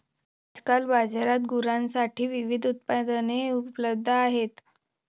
आजकाल बाजारात गुरांसाठी विविध उत्पादने उपलब्ध आहेत